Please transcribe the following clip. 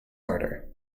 murder